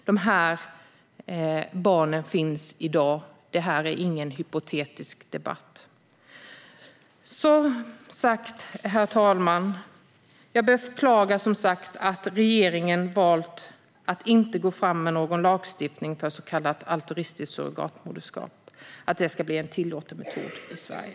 De här barnen finns i dag. Det här är ingen hypotetisk debatt. Herr talman! Jag beklagar att regeringen har valt att inte gå fram med något förslag till lagstiftning för så kallat altruistiskt surrogatmoderskap och att det ska bli en tillåten metod i Sverige.